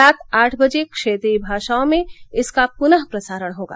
रात आठ बजे क्षेत्रीय भाषाओं में इसका पुनः प्रसारण होगा